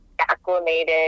acclimated